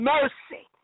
Mercy